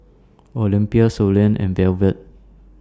Olympia Suellen and Velvet